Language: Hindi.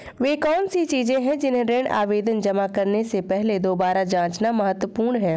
वे कौन सी चीजें हैं जिन्हें ऋण आवेदन जमा करने से पहले दोबारा जांचना महत्वपूर्ण है?